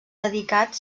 dedicat